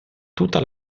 tutta